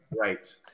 Right